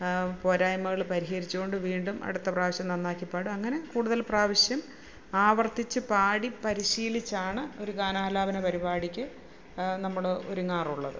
പോരായ്മകൾ പരിഹരിച്ചുകൊണ്ട് വീണ്ടും അടുത്ത പ്രാവശ്യം നന്നാക്കിപ്പാടും അങ്ങനെ കൂടുതൽ പ്രാവശ്യം ആവർത്തിച്ച് പാടി പരിശീലിച്ചാണ് ഒരു ഗാനാലാപന പരിപാടിക്ക് നമ്മൾ ഒരുങ്ങാറുള്ളത്